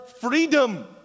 freedom